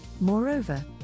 Moreover